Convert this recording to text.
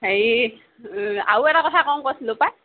হেৰি আৰু এটা কথা কম কৈছিলোঁ পাই